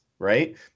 right